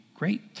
great